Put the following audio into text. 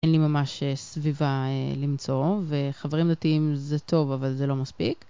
אין לי ממש סביבה למצוא, וחברים דתיים זה טוב, אבל זה לא מספיק.